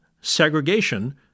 segregation